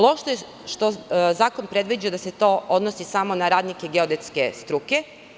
Loše je što zakon predviđa da se to odnosi samo na radnike geodetske struke.